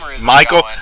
Michael